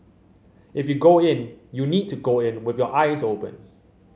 if you go in you need to go in with your eyes open